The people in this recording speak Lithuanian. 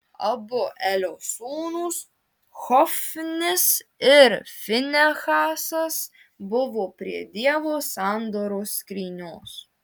abu elio sūnūs hofnis ir finehasas buvo prie dievo sandoros skrynios